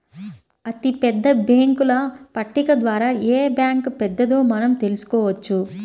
అతిపెద్ద బ్యేంకుల పట్టిక ద్వారా ఏ బ్యాంక్ పెద్దదో మనం తెలుసుకోవచ్చు